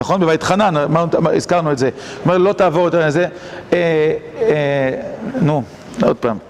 נכון? בבית חנן, הזכרנו את זה. כלומר, לא תעבור יותר על זה. נו, עוד פעם.